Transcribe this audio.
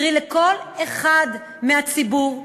קרי לכל אחד מהציבור,